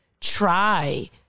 try